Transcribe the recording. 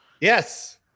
Yes